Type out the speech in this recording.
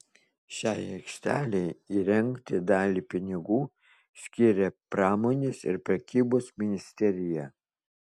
šiai aikštelei įrengti dalį pinigų skiria pramonės ir prekybos ministerija